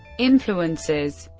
influences